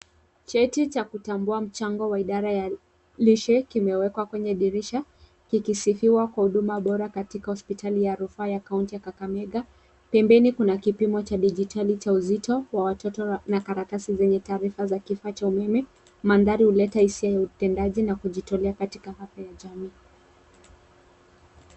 Cheti cha kutambua mchango wa idara ya lishe kimewekwa kwenye dirisha kikisifiwa kwa huduma bora katika hospitali ya rufaa katika kaunti ya Kakamega. Pembeni kuna kipimo cha dijitali cha uzito wa watoto na karatasi zenye taarifa za kifaa cha umeme. Mandhari huleta hisia ya utendaji na kujitolea katika afya ya jamii.